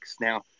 Now